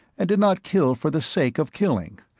and did not kill for the sake of killing,